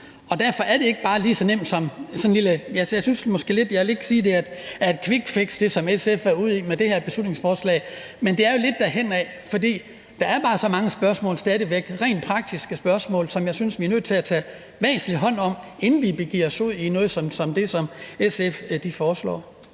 og derfor er det ikke bare lige så nemt. Jeg vil ikke sige, at det er et quickfix, SF er ude i med det her beslutningsforslag, men det er jo lidt derhenad, for der er bare så mange spørgsmål stadig væk, rent praktiske spørgsmål, som jeg synes vi er nødt til at tage væsentlig hånd om, inden vi begiver os ud i noget som det, SF foreslår.